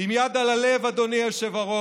עם יד על הלב, אדוני היושב-ראש,